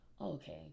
okay